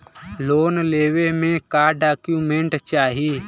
Loan लेवे मे का डॉक्यूमेंट चाही?